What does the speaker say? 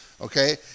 okay